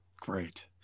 Great